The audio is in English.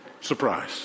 Surprise